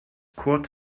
kurt